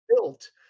built